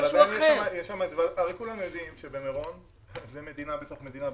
אבל כולם יודעים שבמירון זה מדינה בתוך מדינה,